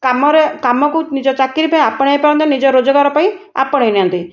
କାମରେ କାମକୁ ନିଜ ଚାକିରୀ ପାଇଁ ଆପଣାଇ ପାରନ୍ତେ ନିଜର ରୋଜଗାର ପାଇଁ ଆପଣେଇ ନିଅନ୍ତି